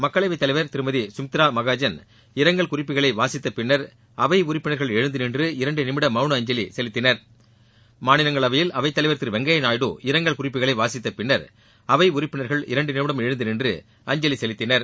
மக்களவை தலைவா் திருமதி சுமித்ரா மகாஜன் இரங்கல் குறிப்புகளை வாசித்த பின்னா் அவை உறுப்பினர்கள் எழுந்து நின்று இரண்டு நிமிட மௌன அஞ்சலி செலுத்தினர் மாநிலங்களவையில் அவைத்தலைவர் திரு வெங்கையா நாயுடு இரங்கல் குறிப்புகளை வாசித்தபின்னர் அவை உறுப்பினர்கள் இரண்டு நிமிடம் எழுந்து நின்று அஞ்சலி செலுத்தினர்